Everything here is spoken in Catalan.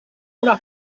una